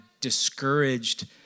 discouraged